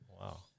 Wow